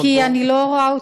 אני לא רואה אותו,